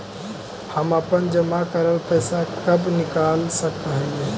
हम अपन जमा करल पैसा कब निकाल सक हिय?